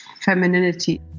femininity